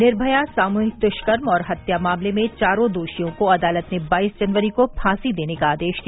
निर्मया सामूहिक दुष्कर्म और हत्या मामले में चारो दोषियों को अदालत ने बाईस जनवरी को फॉसी देने का आदेश दिया